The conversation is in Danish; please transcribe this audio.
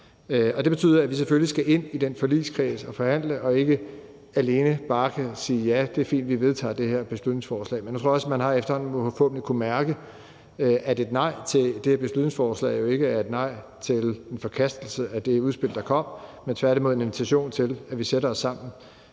Og det betyder, at vi selvfølgelig skal ind i den forligskreds og forhandle og ikke alene bare kan sige: Ja, det er fint; vi vedtager det her beslutningsforslag. Man har forhåbentlig også efterhånden, tror jeg, kunnet mærke, at et nej til det her beslutningsforslag jo ikke er et nej til eller en forkastelse af det udspil, der kom, men tværtimod en invitation til, at vi sætter os sammen